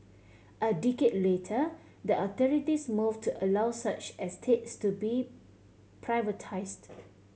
a decade later the authorities move to allow such estates to be privatised